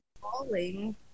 falling